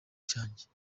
cyanjye